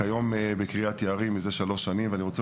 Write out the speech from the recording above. כיום בקריית יערים מזה שלוש שנים ואני רוצה